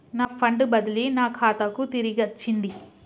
నా ఫండ్ బదిలీ నా ఖాతాకు తిరిగచ్చింది